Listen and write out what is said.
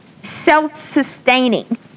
self-sustaining